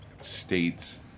states